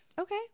okay